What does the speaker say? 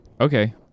Okay